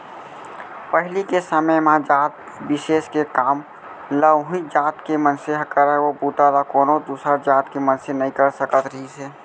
पहिली के समे म जात बिसेस के काम ल उहींच जात के मनसे ह करय ओ बूता ल कोनो दूसर जात के मनसे नइ कर सकत रिहिस हे